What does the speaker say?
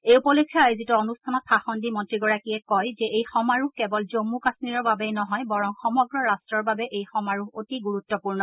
এই উপলক্ষে আয়োজিত অনুষ্ঠানত ভাষণ দি মন্ত্ৰীগৰাকীয়ে কয় যে এই সমাৰোহ কেৱল জম্মু কাশ্মীৰৰ বাবেই নহয় বৰং সমগ্ৰ ৰাষ্টৰ বাবে এই সমাৰোহ অতি গুৰুত্বপূৰ্ণ